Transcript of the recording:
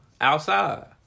outside